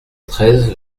treize